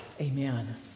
Amen